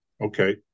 Okay